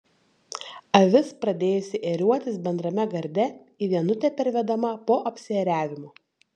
avis pradėjusi ėriuotis bendrame garde į vienutę pervedama po apsiėriavimo